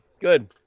Good